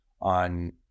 on